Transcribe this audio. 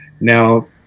Now